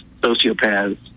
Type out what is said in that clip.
sociopaths